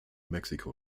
mexico